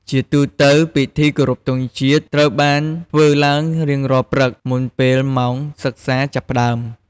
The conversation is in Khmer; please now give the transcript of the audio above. ជាទូទៅ ពិធីគោរពទង់ជាតិត្រូវបានធ្វើឡើងរៀងរាល់ព្រឹក មុនពេលម៉ោងសិក្សាចាប់ផ្តើម។